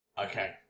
Okay